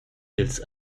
dils